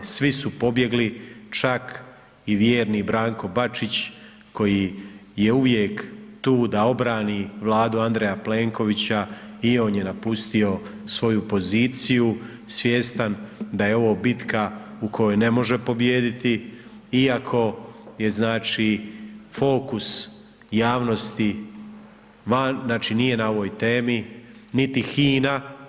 Svi su pobjegli, čak i vjerni Branko Bačić koji je uvijek tu da obrani Vladu Andreja Plenkovića i on je napustio svoju poziciju svjestan da je ovo bitka u kojoj ne može pobijediti iako je znači fokus javnosti van, znači nije na ovoj temi, niti HINA.